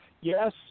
Yes